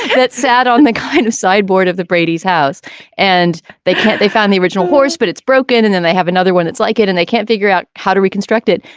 and it's sad on the kind of sideboard of the brady's house and they can't they found the original horse but it's broken and then they have another one that's like it and they can't figure out how to reconstruct it.